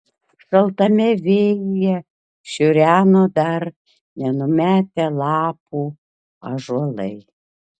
šaltame vėjyje šiureno dar nenumetę lapų ąžuolai